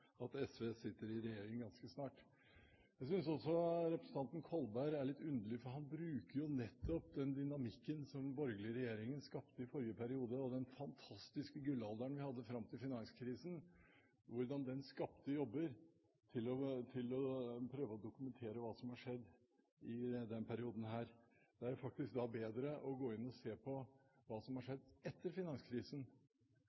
at SV sitter i regjering. Jeg synes også at representanten Kolberg er litt underlig, for han bruker jo nettopp den dynamikken som den borgerlige regjeringen skapte i forrige periode, og den fantastiske gullalderen vi hadde fram til finanskrisen – hvordan den skapte jobber – til å prøve å dokumentere hva som har skjedd i den perioden her. Det er jo faktisk da bedre å se på hva som har